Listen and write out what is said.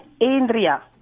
Andrea